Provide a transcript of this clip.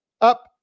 up